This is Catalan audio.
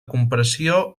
compressió